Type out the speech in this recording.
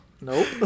Nope